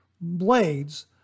blades